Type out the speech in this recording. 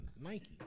Nike